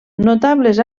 notables